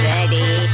Ready